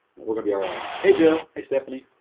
we're gonna be alright. hey joe hey stephanie,